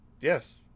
Yes